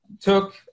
took